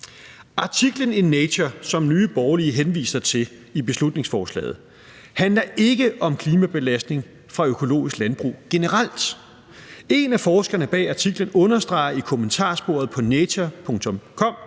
Artiklen i Nature, som Nye Borgerlige henviser til i beslutningsforslaget, handler ikke om klimabelastning fra økologisk landbrug generelt. En af forskerne bag artiklen understreger i kommentarsporet på www.nature.com,